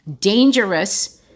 dangerous